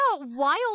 wild